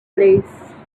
place